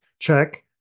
Check